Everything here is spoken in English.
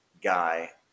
guy